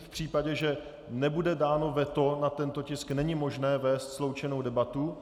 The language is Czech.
V případě, že nebude dáno veto na tento tisk, není možné vést sloučenou debatu.